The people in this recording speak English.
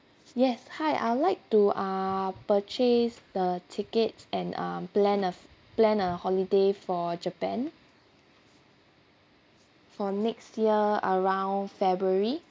yes hi I would like to uh purchase the tickets and uh plan a plan a holiday for japan for next year around february